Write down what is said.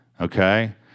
Okay